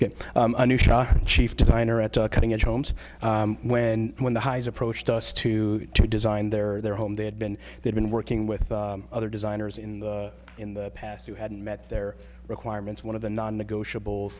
yes a new shot chief designer at the cutting edge homes when when the highs approached us to design their their home they had been they'd been working with other designers in the in the past who hadn't met their requirements one of the non negotiable